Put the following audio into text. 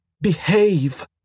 Behave